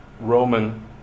Roman